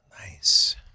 Nice